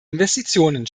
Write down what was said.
investitionen